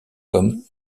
comme